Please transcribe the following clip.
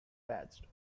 patched